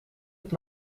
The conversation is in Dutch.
het